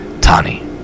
tani